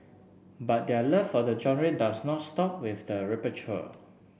but their love for the genre does not stop with the repertoire